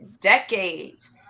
decades